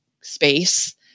space